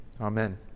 Amen